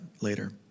later